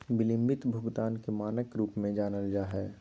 बिलम्बित भुगतान के मानक के रूप में जानल जा हइ